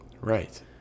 Right